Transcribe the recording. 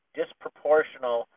disproportional